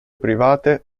private